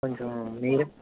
కొంచెం మీరు